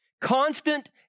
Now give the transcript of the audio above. constant